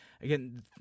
again